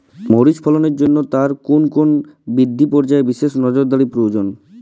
মরিচ ফলনের জন্য তার কোন কোন বৃদ্ধি পর্যায়ে বিশেষ নজরদারি প্রয়োজন?